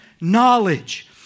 knowledge